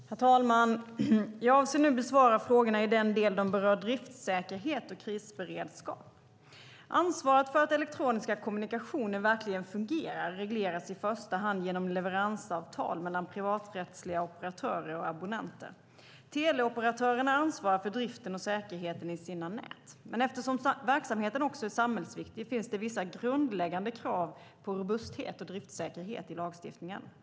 Herr talman! Jag avser nu att besvara frågorna i den del som berör driftsäkerhet och krisberedskap. Ansvaret för att elektroniska kommunikationer verkligen fungerar regleras i första hand genom leveransavtal mellan privaträttsliga operatörer och abonnenter. Teliaoperatören har ansvar för driften och säkerheten i sina nät. Men eftersom verksamheten också är samhällsviktig finns det vissa grundläggande krav på robusthet och driftsäkerhet i lagstiftningen.